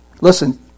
listen